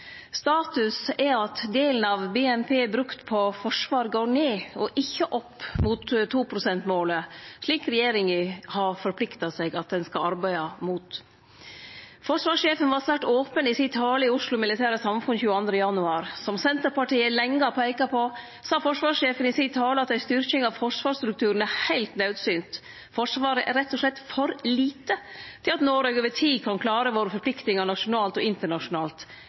Status er at delen av BNP brukt på forsvar går ned, ikkje opp mot 2-prosentmålet, som regjeringa har forplikta seg til at ho skal arbeide mot. Forsvarssjefen var svært open i tala si i Oslo Militære Samfund den 22. januar. Til liks med det Senterpartiet lenge har peika på, sa Forsvarssjefen i tala si at ei styrking av forsvarsstrukturen er heilt naudsynt. Forsvaret er rett og slett for lite til at Noreg over tid kan klare forpliktingane våre nasjonalt og internasjonalt.